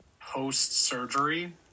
post-surgery